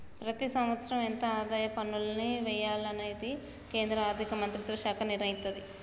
ప్రతి సంవత్సరం ఎంత ఆదాయ పన్నుల్ని వెయ్యాలనేది కేంద్ర ఆర్ధిక మంత్రిత్వ శాఖే నిర్ణయిత్తది